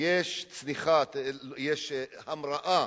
ויש המראה